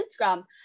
Instagram